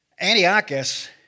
Antiochus